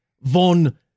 von